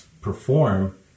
perform